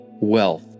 wealth